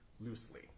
loosely